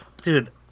dude